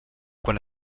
quan